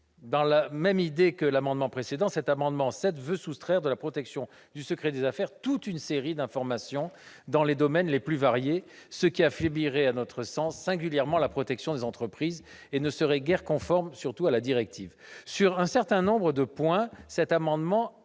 Dans le même esprit, l'amendement n° 7 vise à soustraire de la protection du secret des affaires toute une série d'informations dans les domaines les plus variés, ce qui affaiblirait, à notre sens, singulièrement la protection des entreprises françaises et, surtout, ne serait guère conforme à la directive. Sur un certain nombre de points, cet amendement est